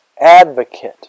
Advocate